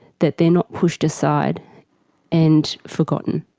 that they are not pushed aside and forgotten.